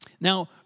Now